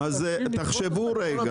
תראו,